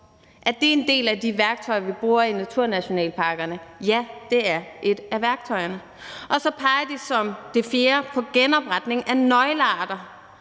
Er det en del af de værktøjer, vi bruger i naturnationalparkerne? Ja, det er et af værktøjerne. Og så peger de som det fjerde på genopretning af nøglearter